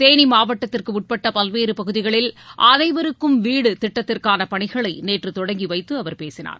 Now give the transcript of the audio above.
தேனி மாவட்டத்திற்குட்பட்ட பல்வேறு பகுதிகளில் அனைவருக்கும் வீடு திட்டத்திற்கான பணிகளை நேற்று தொடங்கி வைத்து அவர் பேசினார்